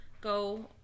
go